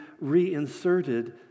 reinserted